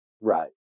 Right